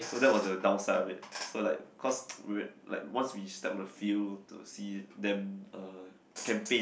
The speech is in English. so that was the downside of it so like cause we like once we step on the field to see them uh campaign